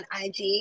ig